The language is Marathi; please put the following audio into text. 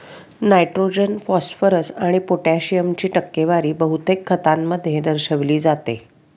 नायट्रोजन, फॉस्फरस आणि पोटॅशियमची टक्केवारी बहुतेक खतांमध्ये दर्शविली जाते